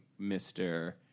Mr